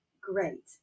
Great